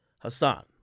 Hassan